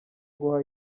guha